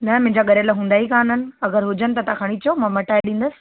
न मुंहिंजा ॻड़ियल हूंदा ई कान्हनि अगरि हुजनि त तव्हां खणी अचो मां मटाए ॾींदसि